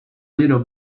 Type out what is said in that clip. little